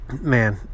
Man